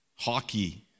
Hockey